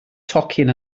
tocyn